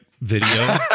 video